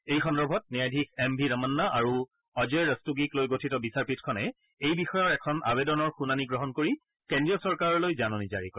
এই সন্দৰ্ভত ন্যায়াধীশ এম ভি ৰমন্না আৰু অজয় ৰস্তোগীক লৈ গঠিত বিচাৰপীঠখনে এই বিষয়ৰ এখন আৱেদনৰ শুনানি গ্ৰহণ কৰি কেন্দ্ৰীয় চৰকাৰলৈ জাননী জাৰি কৰে